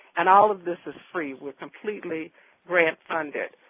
and all of this is free. we're completely grant funded.